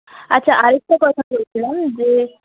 আচ্ছা আর একটা কথা বলছিলাম যে